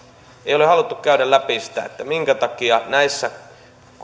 ei ole haluttu käydä läpi sitä minkä takia esimerkiksi näissä